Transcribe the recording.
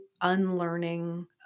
unlearning